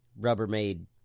Rubbermaid